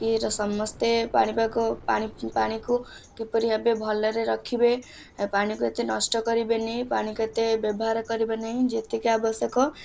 କି ସମସ୍ତେ ପାଣିପାଗ ପାଣିକୁ କିପରି ଭାବେ ଭଲରେ ରଖିବେ ପାଣିକୁ ଏତେ ନଷ୍ଟ କରିବେନି ପାଣି କେତେ ବ୍ୟବହାର କରିବେନି ଯେତିକି ଆବଶ୍ୟକ